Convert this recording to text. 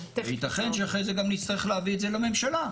יתכן שאחרי זה גם נצטרך להביא את זה לממשלה.